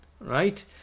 right